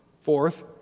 Fourth